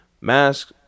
mask